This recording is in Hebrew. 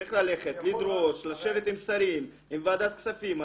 צריך ללכת, לדרוש, לשבת עם שרים, עם ועדת כספים.